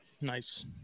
Nice